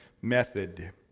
method